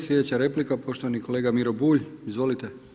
Sljedeća replika poštovani kolega Miro Bulj, izvolite.